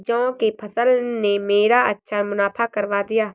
जौ की फसल ने मेरा अच्छा मुनाफा करवा दिया